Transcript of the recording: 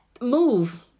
move